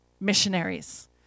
missionaries